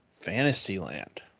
Fantasyland